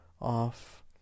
off